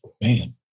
Man